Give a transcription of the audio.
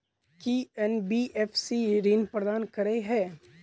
की NBFC ऋण प्रदान करे है?